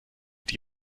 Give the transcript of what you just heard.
mit